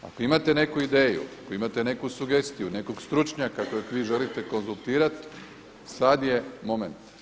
Ako imate neku ideju, ako imate neku sugestiju, nekog stručnjaka kojeg vi želite konzultirati sada je moment.